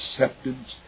acceptance